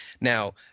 Now